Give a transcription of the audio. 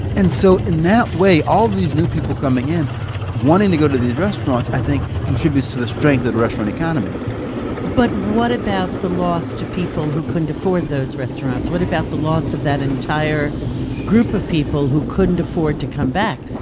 and so in that way, all of these new people coming in wanting to go to these restaurants i think contributes to the strength of the restaurant economy but what about the loss of people who couldn't afford those restaurants? what about the loss of that entire group of people who couldn't afford to come back?